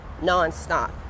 nonstop